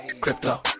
crypto